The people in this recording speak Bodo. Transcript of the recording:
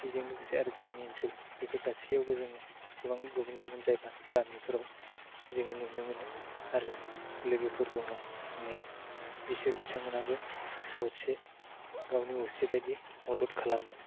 बेजों लोगोसे आरो गामिनि ओनसोल बेफोर गासैआवबो जों गोबां गुबुन गुबुन जायगा गामिफ्राव जोङो नुनो मोनो आरो लोगोफोर दङ आंनि बेसोर बिथांमोनहाबो असे गावनि असे बायदि मदद खालामो